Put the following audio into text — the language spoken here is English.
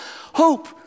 hope